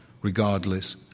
regardless